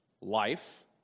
life